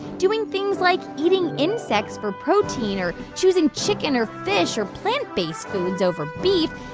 doing things like eating insects for protein or choosing chicken or fish or plant-based foods over beef,